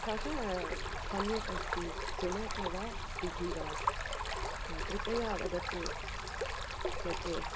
कः सम्यक् अस्ति ज़ोमेटो वा स्विग्गी वा कृपया वदतु लते